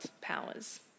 powers